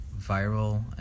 viral